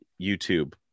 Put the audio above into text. YouTube